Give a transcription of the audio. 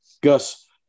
Gus